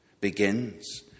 begins